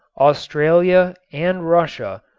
australia and russia,